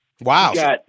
Wow